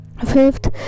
fifth